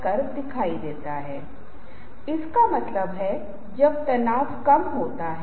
ऐसा क्या है इन इशारों में कि आप इसे संचार करते हैं